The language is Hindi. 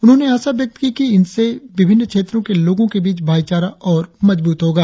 उन्होंने आशा व्यक्त की कि इनसे विभिन्न क्षेत्रों के लोगों के बीच भाईचारा और मजबूत होगा